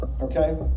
Okay